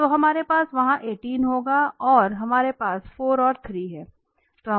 तो हमारे पास वहाँ 18 होगा और हमारे पास 4 और 3 है